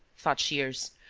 thought shears,